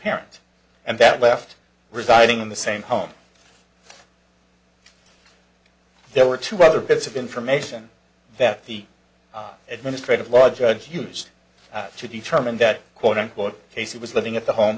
parents and that left residing in the same home there were two other bits of information that the administrative law judge used to determine that quote unquote case he was living at the home